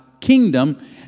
kingdom